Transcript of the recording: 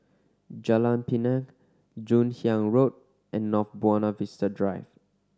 Jalan Pinang Joon Hiang Road and North Buona Vista Drive